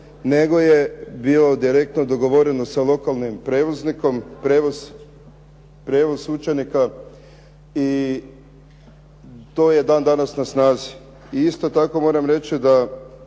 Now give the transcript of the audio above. nego je bilo direktno dogovoreno sa lokalnim prijevoznikom prijevoz učenika i to je dan danas na snazi. I isto tako moram reći da